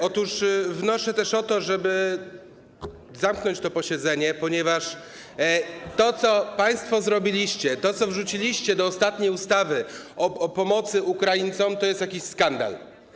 Otóż wnoszę też o to, żeby zamknąć to posiedzenie, ponieważ to, co państwo zrobiliście, to, co wrzuciliście do ostatniej ustawy o pomocy Ukraińcom, to jest jakiś skandal.